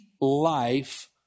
life